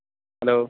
hello